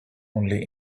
only